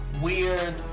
weird